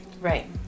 right